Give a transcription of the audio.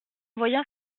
voyant